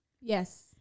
Yes